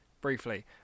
Briefly